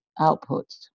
output